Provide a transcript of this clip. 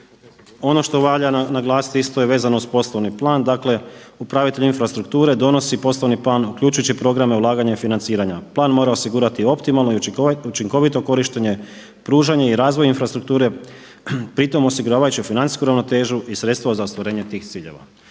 Ono što valja naglasiti isto je vezano uz poslovni plan, dakle upravitelj infrastrukture donosi poslovni plan uključujući programe ulaganja i financiranja. Plan mora osigurati optimalno i učinkovito korištenje, pružanje i razvoj infrastrukture pri tome osiguravajući financijsku ravnotežu i sredstva za ostvarenje tih ciljeva.